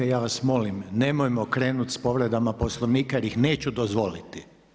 Ja vas molim, nemojmo krenuti sa povredama Poslovnika jer ih neću dozvoliti.